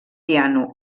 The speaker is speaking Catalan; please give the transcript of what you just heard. piano